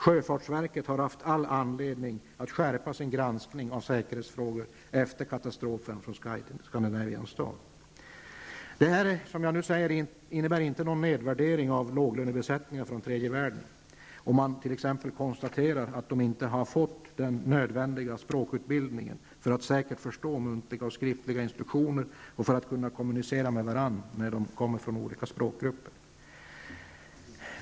Sjöfartsverket har haft all anledning att skärpa sin granskning av säkerhetsfrågorna efter katastrofen med Det här innebär inte någon nedvärdering av låglönebesättningar från tredje världen. Man t.ex. konstaterat att de ofta inte fått nödvändig språkutbildning för att säkert förstå muntliga och skriftliga instruktioner och för att kunna kommunicera med varandra när de kommer från olika språkgrupper.